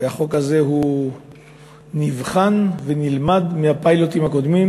שהחוק הזה נבחן ונלמד מהפיילוטים הקודמים